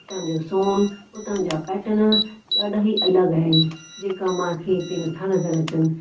उतां जो सोन उतां जा पैटर्न ॾाढा ही अलॻ आहिनि जेका मां खे हिते नथा नज़र अचनि